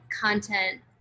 content